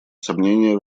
сомнение